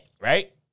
right